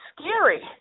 scary